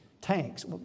tanks